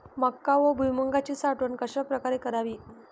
मका व भुईमूगाची साठवण कशाप्रकारे करावी?